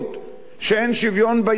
שאין שוויון בהזדהות.